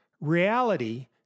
reality